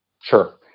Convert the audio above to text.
Sure